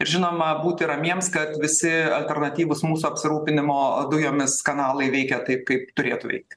ir žinoma būti ramiems kad visi alternatyvūs mūsų apsirūpinimo dujomis kanalai veikia taip kaip turėtų veikt